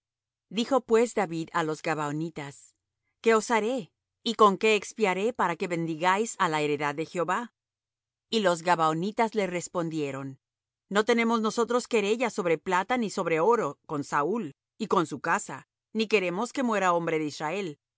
dijo pues david á los gabaonitas qué os haré y con qué expiaré para que bendigáis á la heredad de jehová y los gabaonitas le respondieron no tenemos nosotros querella sobre plata ni sobre oro con saúl y con su casa ni queremos que muera hombre de israel